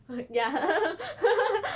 ya